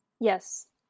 Yes